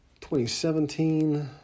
2017